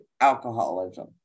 alcoholism